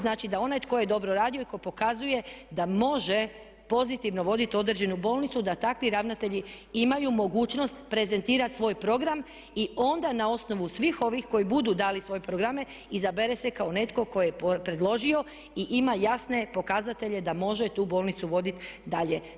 Znači, da onaj tko je dobro radio i tko pokazuje da može pozitivno voditi određenu bolnicu da takvi ravnatelji imaju mogućnost prezentirati svoj program i onda na osnovu svih ovih koji budu dali svoje programe izabere se kao netko tko je predložio i ima jasne pokazatelje da može tu bolnicu voditi dalje.